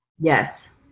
Yes